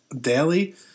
daily